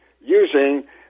using